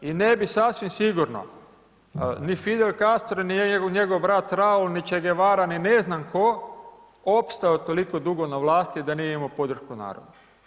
I ne bi sasvim sigurno ni Fidel Castro, ni njegov brat Raoul, ni Che Guevara, ni ne znam tko, opstao toliko dugo na vlasti da nije imao podršku naroda.